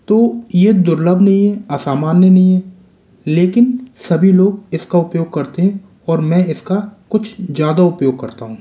तो ये दुर्लभ नहीं है असामान्य नहीं है लेकिन सभी लोग इसका उपयोग करते हैं और मैं इसका कुछ ज़्यादा उपयोग करता हूँ